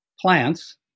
plants